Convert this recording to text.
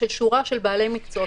של שורה של בעלי מקצועות.